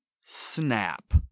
snap